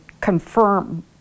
confirm